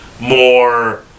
more